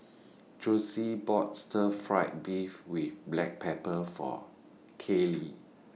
Jossie bought Stir Fried Beef with Black Pepper For Kellee